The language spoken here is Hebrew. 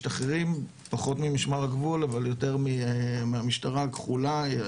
פחות ממשמר הגבול אבל יותר מהמשטרה הכחולה,